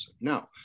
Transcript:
Now